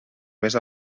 més